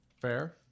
fair